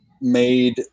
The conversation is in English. made